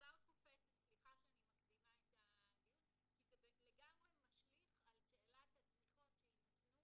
וסליחה שאני מקדימה זה לגמרי משליך לשאלת התמיכות שיינתנו